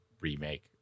remake